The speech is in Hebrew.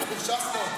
ש"ס לא.